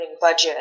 budget